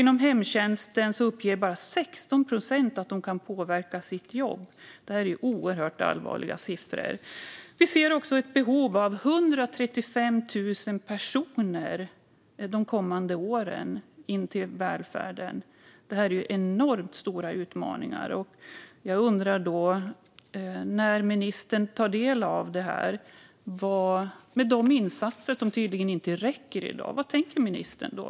Inom hemtjänsten uppger bara 16 procent att de kan påverka sitt jobb. Det är oerhört allvarliga siffror. Vi ser också ett behov av 135 000 personer de kommande åren till välfärden. Det är enormt stora utmaningar. När ministern tar del av detta med de insatser som i dag tydligen inte räcker undrar jag: Vad tänker ministern?